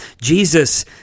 Jesus